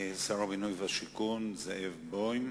שר הבינוי והשיכון זאב בוים.